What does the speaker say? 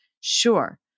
Sure